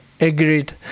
agreed